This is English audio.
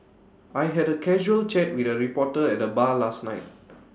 I had A casual chat with A reporter at the bar last night